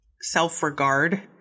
self-regard